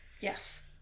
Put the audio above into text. Yes